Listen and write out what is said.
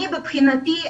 מבחינתי,